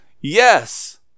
Yes